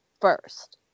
first